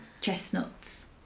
chestnuts